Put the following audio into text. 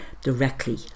directly